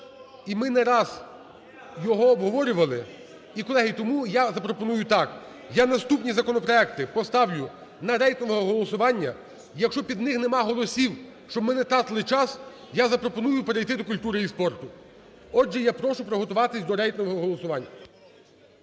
і ми не раз його обговорювали. І, колеги, тому я запропоную так. Я наступні законопроекти поставлю на рейтингове голосування. Якщо під них немає голосів, щоб ми не тратили час, я запропоную перейти до культури і спорту. Отже, я прошу приготуватися до рейтингового голосування.